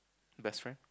best friend